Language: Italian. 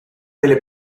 delle